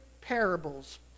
parables